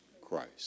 Christ